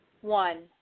One